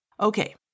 Okay